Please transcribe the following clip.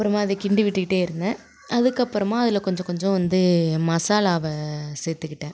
அப்பறமாக அதைக் கிண்டி விட்டுக்கிட்டே இருந்தேன் அதுக்கப்பறமாக அதில் கொஞ்சம் கொஞ்சம் வந்து மசாலாவை சேர்த்துக்கிட்டேன்